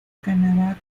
canadá